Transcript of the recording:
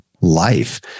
life